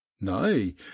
nay